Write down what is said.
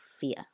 fear